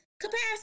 capacity